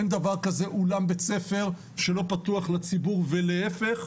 אין דבר כזה אולם בית-ספר שלא פתוח לציבור ולהיפך,